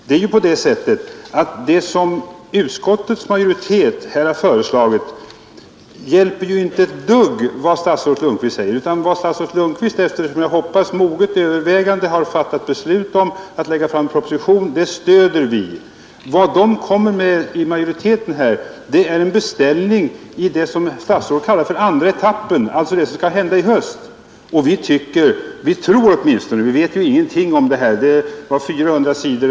Det är ju på det sättet att det som utskottsmajoriteten föreslagit inte har någonting att göra med vad statsrådet Lundkvist säger, utan vi stöder vad statsrådet Lundkvist efter, som jag hoppas, moget övervägande beslutat lägga fram proposition om. Vad utskottsmajoriteten kommer med är en beställning i det som statsrådet kallar för andra etappen, alltså angående det som skall hända i höst. Vi vet ingenting om innehållet i det paket som skall presenteras i nästa vecka.